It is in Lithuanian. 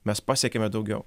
mes pasiekėme daugiau